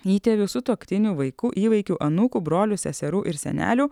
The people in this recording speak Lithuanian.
įtėvių sutuoktinių vaikų įvaikių anūkų brolių seserų ir senelių